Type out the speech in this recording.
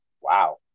Wow